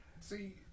See